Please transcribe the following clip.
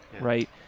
right